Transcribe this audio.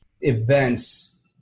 events